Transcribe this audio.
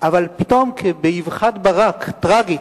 אבל פתאום, כבאבחת ברק טרגית,